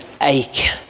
ache